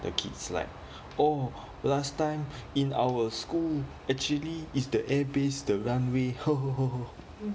the kids like oh last time in our school actually is the air base the runway [ho] [ho] [ho] [ho]